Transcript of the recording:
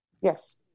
Yes